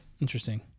Interesting